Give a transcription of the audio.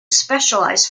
specialised